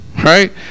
right